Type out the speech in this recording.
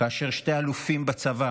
כאשר שני אלופים בצבא